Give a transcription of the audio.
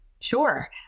Sure